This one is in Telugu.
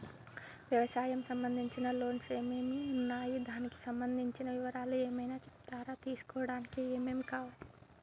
వ్యవసాయం సంబంధించిన లోన్స్ ఏమేమి ఉన్నాయి దానికి సంబంధించిన వివరాలు ఏమైనా చెప్తారా తీసుకోవడానికి ఏమేం కావాలి?